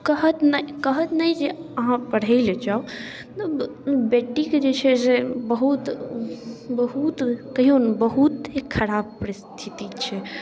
कहत नहि कहत नहि जे अहाँ पढ़ैलए जाउ बेटीके जे छै से बहुत बहुत कहिऔ ने बहुत ही खराब परिस्थिति छै